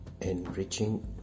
enriching